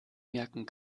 merken